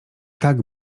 tak